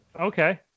Okay